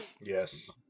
Yes